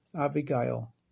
Abigail